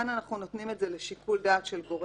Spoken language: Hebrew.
כאן אנחנו נותנים את זה לשיקול דעת של גורם